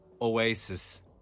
Oasis